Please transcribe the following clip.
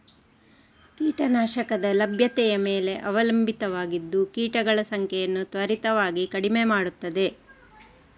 ಕೀಟ ನಾಶಕದ ಲಭ್ಯತೆಯ ಮೇಲೆ ಅವಲಂಬಿತವಾಗಿದ್ದು ಕೀಟಗಳ ಸಂಖ್ಯೆಯನ್ನು ತ್ವರಿತವಾಗಿ ಕಡಿಮೆ ಮಾಡುತ್ತದೆ